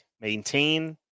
maintain